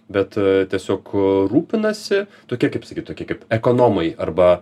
bet tiesiog rūpinasi tokie kaip sakyt tokie kaip ekonomai arba